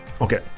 okay